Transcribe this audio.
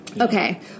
Okay